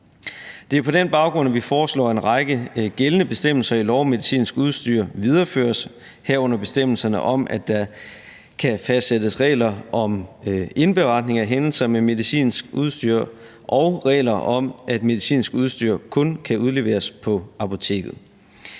Det er på den baggrund, at vi foreslår, at en række gældende bestemmelser i lov om medicinsk udstyr videreføres, herunder bestemmelserne om, at der kan fastsættes regler om indberetning af hændelser med medicinsk udstyr, og regler om, at medicinsk udstyr kun kan udleveres på apoteket.